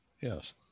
Yes